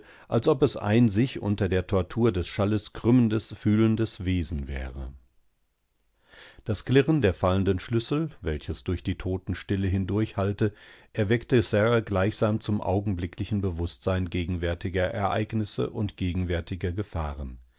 als ob es eibn sich unter der tortur des schalles krümmendesfühlendeswesenwäre das klirren der fallenden schlüssel welches durch die totenstille hindurch hallte erweckte sara gleichsam zum augenblicklichen bewußtsein gegenwärtiger ereignisse undgegenwärtigergefahren